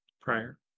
prior